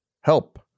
Help